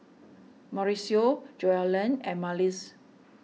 Mauricio Joellen and Marlys